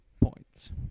points